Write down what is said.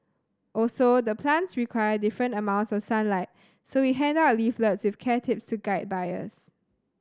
also the plants require different amounts of sunlight so we hand out leaflets with care tips to guide buyers